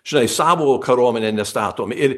žnai savo karuomenę nestatom ir